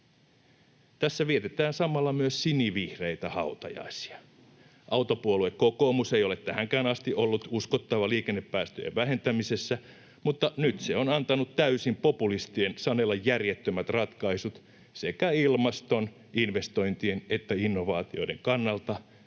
Tässä vietetään samalla myös sinivihreitä hautajaisia. Autopuolue kokoomus ei ole tähänkään asti ollut uskottava liikennepäästöjen vähentämisessä, mutta nyt se on antanut täysin populistien sanella järjettömät ratkaisut sekä ilmaston, investointien että innovaatioiden kannalta,